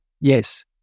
yes